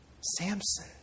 Samson